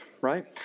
right